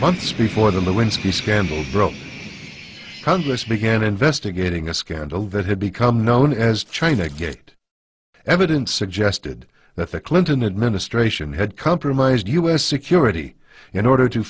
months before the lewinsky scandal broke congress began investigating a scandal that had become known as china gate evidence suggested that the clinton administration had compromised u s security in order to